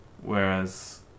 Whereas